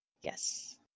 Yes